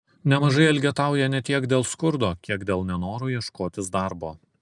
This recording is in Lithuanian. nemažai elgetauja ne tiek dėl skurdo kiek dėl nenoro ieškotis darbo